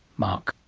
mark.